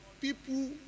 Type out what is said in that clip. people